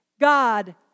God